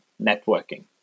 networking